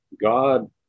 god